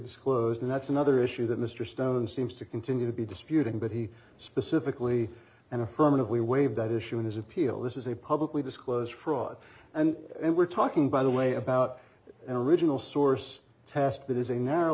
disclosed and that's another issue that mr stone seems to continue to be disputing but he specifically and affirmatively waived that issue in his appeal this is a publicly disclose fraud and we're talking by the way about an original source test that is a n